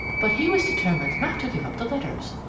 but he was determined not to give up the letters.